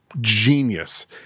genius